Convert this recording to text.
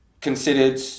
considered